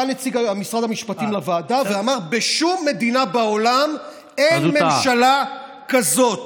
בא נציג משרד המשפטים לוועדה ואמר: בשום מדינה בעולם אין ממשלה כזאת.